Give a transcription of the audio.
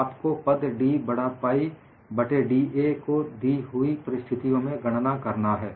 तो आपको पद d बडा पाइ बट्टे d a को दी हुई परिस्थितियों में गणना करना है